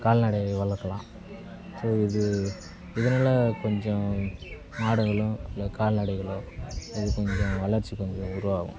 கால்நடை வளர்க்கலாம் சரி இது இதுனால் கொஞ்சம் மாடுகளும் கால்நடைகளும் இது கொஞ்சம் வளர்ச்சி கொஞ்சம் உருவாகும்